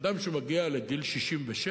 שאדם שמגיע לגיל 67,